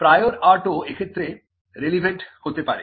prior আর্টও এক্ষেত্রে relevant হতে পারে